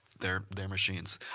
they're they're machines.